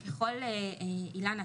אילנה,